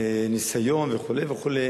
ניסיון וכו' וכו'.